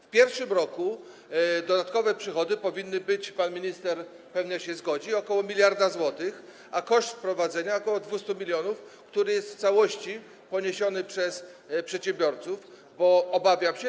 W pierwszym roku dodatkowe przychody powinny być - pan minister pewnie się zgodzi - ok. miliarda złotych, a koszt wprowadzenia ok. 200 mln, który jest w całości poniesiony przez przedsiębiorców, bo obawiam się.